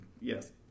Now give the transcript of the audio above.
Yes